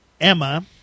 Emma